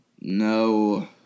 No